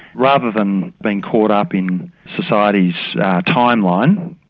rather than being caught up in society's time line.